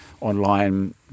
online